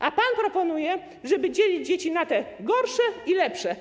A pan proponuje, żeby dzielić dzieci na te gorsze i lepsze.